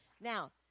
Now